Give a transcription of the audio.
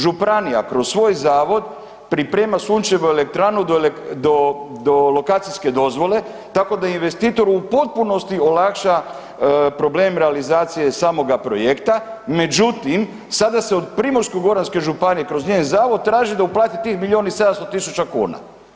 Županija kroz svoj Zavod priprema sunčevu elektranu do lokacijske dozvole, tako da investitoru u potpunosti olakša problem realizacije samoga projekta, međutim sada se od Primorsko-goranske županije kroz njen Zavod traži da uplati tih milijun i 700 tisuća kuna.